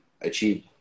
achieve